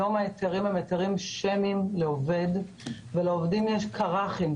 היום ההיתרים הם היתרים שמיים לעובד ולעובדים יש כר"חים.